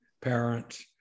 parents